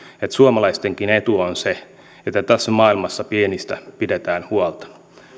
että suomalaistenkin etu on se että tässä maailmassa pienistä pidetään huolta